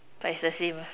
that's the same